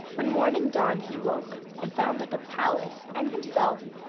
when morning dawned he woke, and found that the palace, and himself,